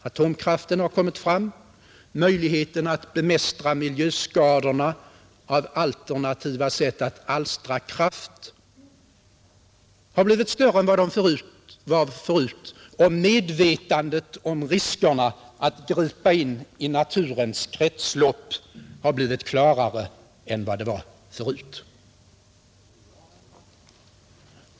Atomkraften har kommit fram, möjligheterna att bemästra miljöskadorna av alternativa sätt att alstra kraft har blivit större än de var förut, och medvetandet om riskerna att gripa in i naturens kretslopp har blivit klarare än vad de var förut.